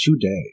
today